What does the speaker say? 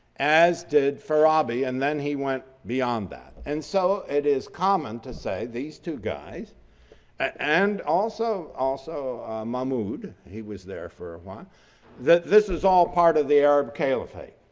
as did farabi and then he went beyond that. and so, it is common to say these two guys and also also mahmud, he was there for a while, this is all part of the arab caliphate.